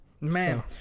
man